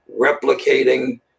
replicating